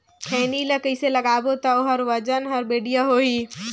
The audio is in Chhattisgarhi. खैनी ला कइसे लगाबो ता ओहार वजन हर बेडिया होही?